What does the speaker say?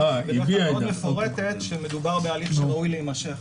מאוד מפורטת שמדובר בהליך שראוי להימשך,